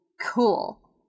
cool